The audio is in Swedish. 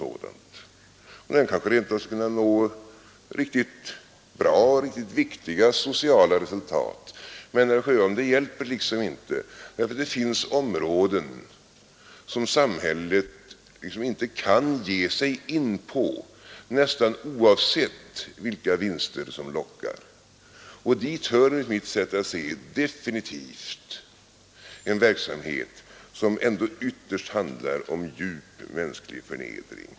Man kanske rent av skulle kunna nå bra och riktiga sociala resultat men, herr Sjöholm, det hjälper liksom inte. Det finns områden som samhället inte kan ge sig in på, nästan oavsett vilka vinster som lockar. Och dit hör enligt mitt sätt att se definitivt en verksamhet som ändå ytterst handlar om djup mänsklig förnedring.